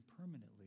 permanently